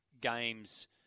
games